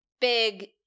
big